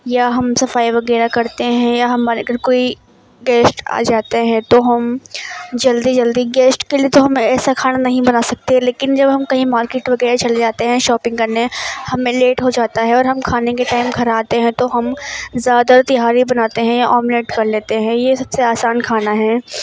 یا ہم صفائی وغیرہ کرتے ہیں یا ہمارے گھر کوئی گیسٹ آ جاتے ہیں تو ہم جلدی جلدی گیسٹ کے لیے تو ہم ایسا کھانا نہیں بنا سکتے لیکن جب ہم کہیں مارکیٹ وغیرہ چلے جاتے ہیں شاپنگ کرنے ہمیں لیٹ ہو جاتا ہے اور ہم کھانے کے ٹائم گھر آتے ہیں تو ہم زیادہ تہاری بناتے ہیں یا آملیٹ کر لیتے ہیں یہ سب سے آسان کھانا ہے